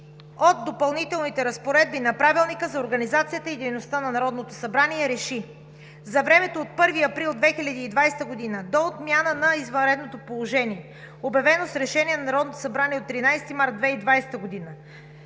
от Допълнителните разпоредби на Правилника за организацията и дейността на Народното събрание РЕШИ: 1. За времето от 1 април 2020 г. до отмяна на извънредното положение, обявено с Решение на Народното събрание от 13 март 2020 г.,